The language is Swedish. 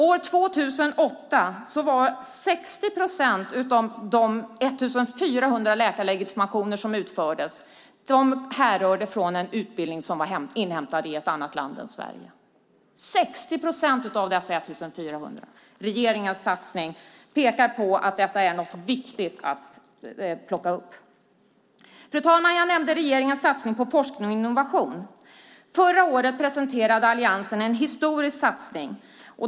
År 2008 härrörde 60 procent av de 1 400 läkarlegitimationer som utfärdades från en utbildning som var inhämtad i ett annat land än Sverige - 60 procent av dessa 1 400. Regeringens satsning pekar på att detta är något viktigt att plocka upp. Fru talman! Jag nämnde regeringens satsning på forskning och innovation. Förra året presenterade alliansen en historisk satsning.